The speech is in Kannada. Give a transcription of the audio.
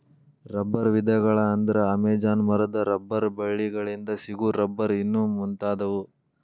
ರಬ್ಬರ ವಿಧಗಳ ಅಂದ್ರ ಅಮೇಜಾನ ಮರದ ರಬ್ಬರ ಬಳ್ಳಿ ಗಳಿಂದ ಸಿಗು ರಬ್ಬರ್ ಇನ್ನು ಮುಂತಾದವು